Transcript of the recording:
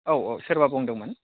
औ औ सोरबा बुंदोंमोन